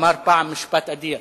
אמר פעם משפט אדיר: